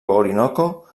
orinoco